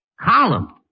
Column